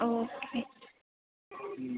okay